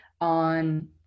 on